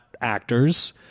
actors